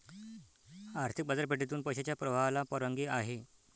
आर्थिक बाजारपेठेतून पैशाच्या प्रवाहाला परवानगी आहे